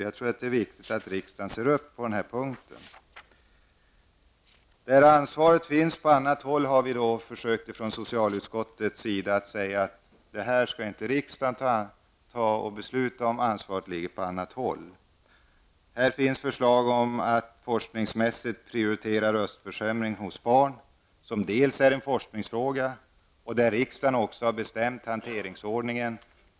Jag tror att det är viktigt att riksdagen ser upp på den punkten. I de fall där ansvaret ligger på annat håll har vi i socialutskottet försökt säga att det är en fråga som riksdagen inte skall besluta om. Ansvaret ligger på annat håll. Här finns förslag om att forskningsmässigt prioritera frågor om röstförsämring hos barn -- något som delvis är en forskningsfråga, och riksdagen har bestämt hanteringsordningen.